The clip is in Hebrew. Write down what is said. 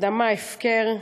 שדמה הפקר,